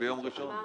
יש ביום ראשון.